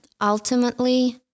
ultimately